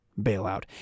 bailout